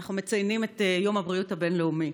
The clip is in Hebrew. אנחנו מציינים את יום הבריאות הבין-לאומי